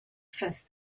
fifth